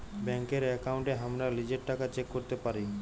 ব্যাংকের একাউন্টে হামরা লিজের টাকা চেক ক্যরতে পারি